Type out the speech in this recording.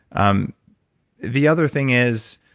um the other thing is,